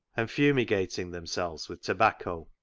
and fumigating them selves with tobacco.